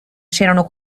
c’erano